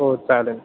हो चालेल